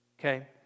Okay